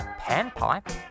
Panpipe